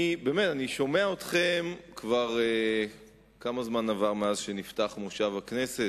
אני שומע אתכם, כמה זמן עבר מאז נפתח מושב הכנסת?